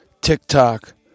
TikTok